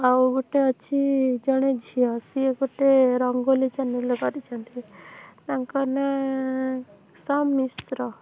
ଆଉ ଗୋଟେ ଅଛି ଜଣେ ଝିଅ ସିଏ ଗୋଟେ ରଙ୍ଗୋଲି ଚ୍ୟାନେଲ୍ କରିଛନ୍ତି ତାଙ୍କ ନାଁ ସମ ମିଶ୍ର